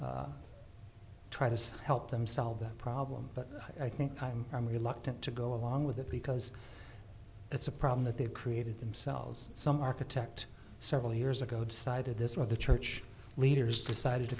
to try to help them solve the problem but i think i'm reluctant to go along with it because it's a problem that they've created themselves some architect several years ago decided this was the church leaders decided to